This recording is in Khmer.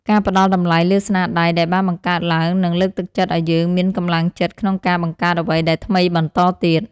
ការផ្តល់តម្លៃលើស្នាដៃដែលបានបង្កើតឡើងនឹងលើកទឹកចិត្តឱ្យយើងមានកម្លាំងចិត្តក្នុងការបង្កើតអ្វីដែលថ្មីបន្តទៀត។